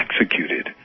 executed